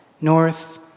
north